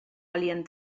valien